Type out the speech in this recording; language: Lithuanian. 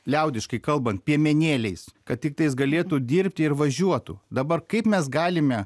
liaudiškai kalbant piemenėliais kad tiktai jis galėtų dirbti ir važiuotų dabar kaip mes galime